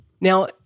Now